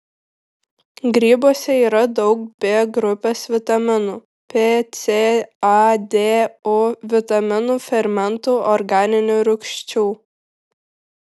grybuose yra daug b grupės vitaminų p c a d u vitaminų fermentų organinių rūgščių